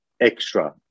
extra